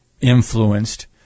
influenced